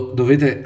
dovete